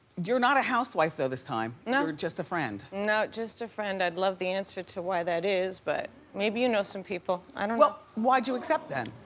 you're not a housewife though this time. no. you're just a friend. no, just a friend. i'd love the answer to why that is. but maybe you know some people, i don't know. well, why'd you accept then?